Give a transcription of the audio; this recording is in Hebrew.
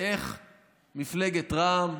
איך מפלגת רע"מ,